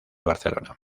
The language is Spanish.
barcelona